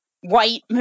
white